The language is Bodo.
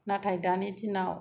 नाथाय दानि दिनाव